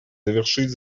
завершить